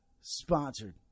sponsored